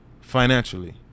financially